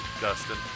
Dustin